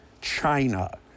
China